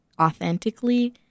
authentically